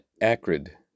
acrid